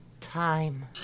time